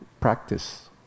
practice